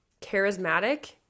charismatic